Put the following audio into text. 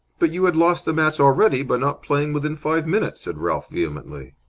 but you had lost the match already by not playing within five minutes, said ralph, vehemently.